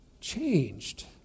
changed